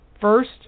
First